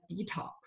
detox